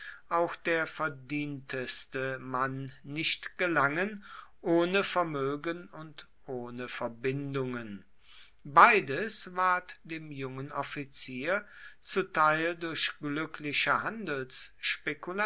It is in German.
auch der verdienteste mann nicht gelangen ohne vermögen und ohne verbindungen beides ward dem jungen offizier zuteil durch glückliche